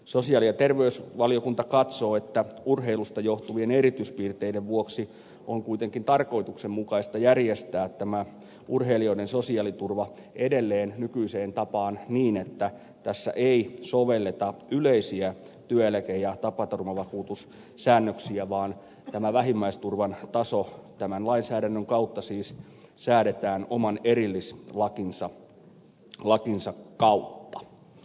sosiaali ja terveysvaliokunta katsoo että urheilusta johtuvien erityispiirteiden vuoksi on kuitenkin tarkoituksenmukaista järjestää tämä urheilijoiden sosiaaliturva edelleen nykyiseen tapaan niin että tässä ei sovelleta yleisiä työeläke ja tapaturmavakuutussäännöksiä vaan tämä vähimmäisturvan taso tämän lainsäädännön kautta siis säädetään oman erillislakinsa kautta